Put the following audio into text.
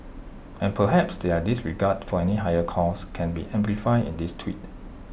and perhaps their disregard for any higher cause can be exemplified in this tweet